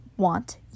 want